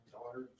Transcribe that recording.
daughter